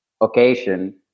occasion